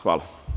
Hvala.